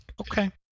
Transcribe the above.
Okay